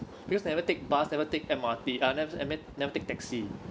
because never take bus never take M_R_T ah never I mean never take taxi